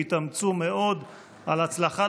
שהתאמצו מאוד על הצלחת,